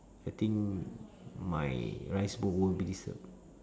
I think my rice bowl won't be disturb